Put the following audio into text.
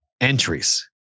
entries